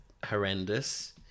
horrendous